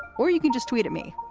or you can just tweeted me.